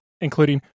including